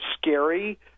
scary